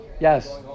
Yes